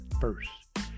first